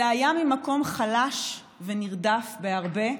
זה היה ממקום חלש ונרדף בהרבה,